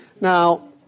Now